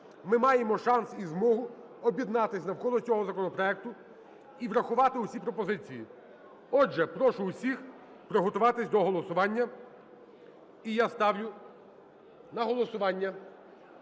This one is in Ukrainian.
Ми маємо шанс і змогу об'єднатися навколо цього законопроекту і врахувати всі пропозиції. Отже, прошу всіх приготуватися до голосування. І я ставлю на голосування